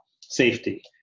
safety